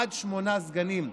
עד שמונה סגנים,